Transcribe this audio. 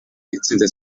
itsinze